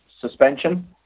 suspension